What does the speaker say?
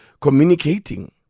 communicating